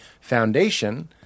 foundation